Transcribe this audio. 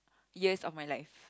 years of my life